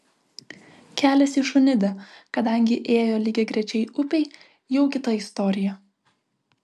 kelias į šunidę kadangi ėjo lygiagrečiai upei jau kita istorija